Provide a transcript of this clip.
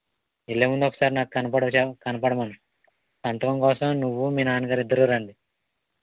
వెళ్ళే ముందు ఒకసారి నాకు కనపడి జా కనపడమను సంతకం కోసం నువ్వు మీ నాన్నగారు ఇద్దరు రండి